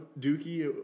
Dookie